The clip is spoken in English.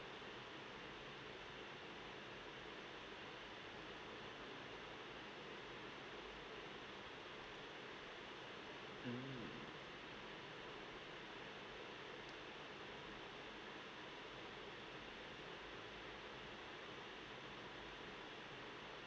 mm